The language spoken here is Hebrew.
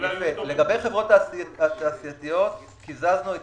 לגבי החברות התעשייתיות, קיזזנו את